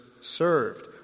served